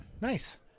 Nice